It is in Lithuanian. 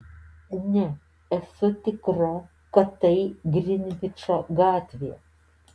ne esu tikra kad tai grinvičo gatvė